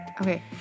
Okay